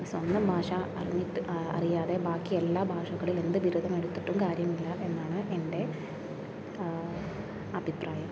സ്വന്തം ഭാഷ അറിഞ്ഞിട്ട് അറിയാതെ ബാക്കി എല്ലാ ഭാഷകളിൽ എന്ത് ബിരുദം എടുത്തിട്ടും കാര്യമില്ല എന്നാണ് എൻ്റെ അഭിപ്രായം